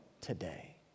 today